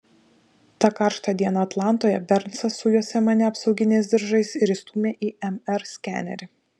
tą karštą dieną atlantoje bernsas sujuosė mane apsauginiais diržais ir įstūmė į mr skenerį